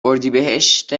اردیبهشت